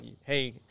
Hey